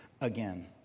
again